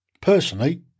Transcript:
Personally